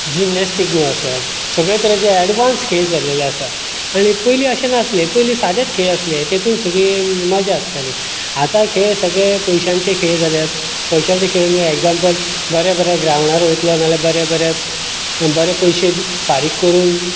gymnastic म्हणून आसा सगळे तरेचे एडवांस खेळ जाल्ले आसात आनी पयली अशें नासले पयली सादेत खेळ आसले तितूत सगळी मजा आसताली आतां खेळ सगळे पयशांचे खेळ जाल्यात पयशांचे खेळ म्हणल्यार एक्झाम्पल बऱ्या बऱ्या ग्राऊंडार वयतलो जाल्यार बरें पयशे फारीक करून